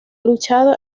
luchado